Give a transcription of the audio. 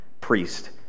priest